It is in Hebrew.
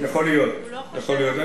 יכול להיות, יכול להיות.